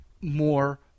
more